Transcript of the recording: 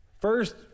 First